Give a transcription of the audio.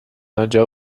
آنجا